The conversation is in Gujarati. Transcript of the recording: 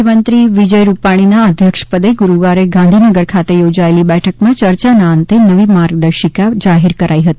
મુખ્યમંત્રી વિજય રૂપાણીના અધ્યક્ષપદે ગુરૂવારે ગાંધીનગર ખાતે યોજાયેલી બેઠકમાં ચર્ચાના અંતે નવી માર્ગદર્શિકા જાહેર કરાઈ હતી